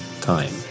time